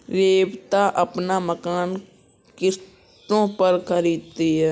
श्वेता अपना मकान किश्तों पर खरीदी है